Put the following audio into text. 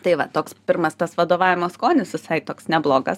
tai va toks pirmas tas vadovavimo skonis visai toks neblogas